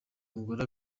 mugore